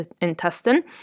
intestine